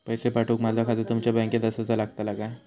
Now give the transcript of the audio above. पैसे पाठुक माझा खाता तुमच्या बँकेत आसाचा लागताला काय?